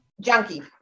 junkie